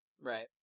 Right